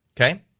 Okay